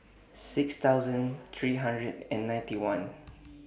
six thousand three hundred and ninety one